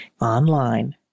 online